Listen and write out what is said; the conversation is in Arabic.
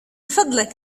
فضلك